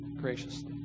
graciously